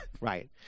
Right